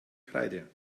kreide